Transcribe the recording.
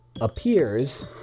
appears